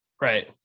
right